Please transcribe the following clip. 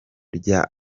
ryo